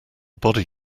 body